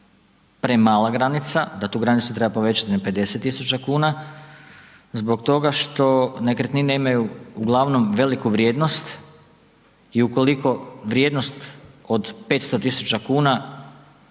premala granica, da tu granicu treba povećat na 50.000,00 kn zbog toga što nekretnine imaju uglavnom veliku vrijednost i ukoliko vrijednost od 500.000,00